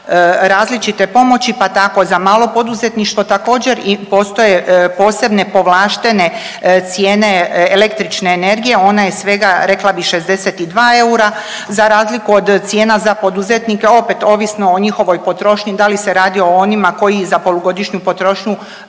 različite pomoći, pa tako za malo poduzetništvo također postoje posebne povlaštene cijene električne energije. Ona je svega rekla bih 62 eura za razliku od cijena za poduzetnike opet ovisno o njihovoj potrošnji da li se radi o onima koji za polugodišnju potrošnju